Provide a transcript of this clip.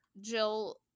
Jill